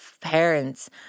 parents